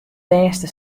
bêste